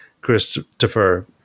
Christopher